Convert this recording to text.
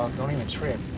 don't even trip.